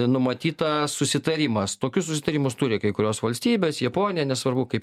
numatyta susitarimas tokius susitarimus turi kai kurios valstybės japonija nesvarbu kaip